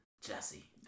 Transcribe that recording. Jesse